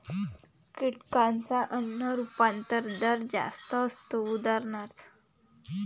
कीटकांचा अन्न रूपांतरण दर जास्त असतो, उदा